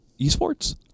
esports